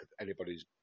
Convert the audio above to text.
anybody's